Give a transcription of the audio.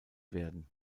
werden